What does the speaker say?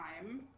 time